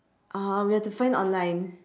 uh we have to find online